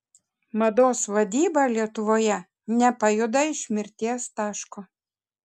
mados vadyba lietuvoje nepajuda iš mirties taško